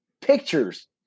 pictures